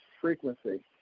frequency